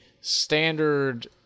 standard